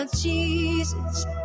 Jesus